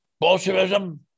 Bolshevism